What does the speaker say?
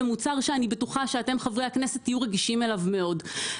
במוצר שאני בטוחה שאתם חברי הכנסת תהיו רגישים אליו מאוד.